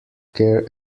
care